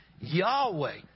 Yahweh